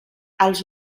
els